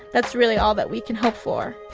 that's really all that we can hope for